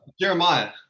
Jeremiah